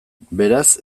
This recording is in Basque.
beraz